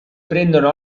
prendono